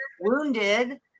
wounded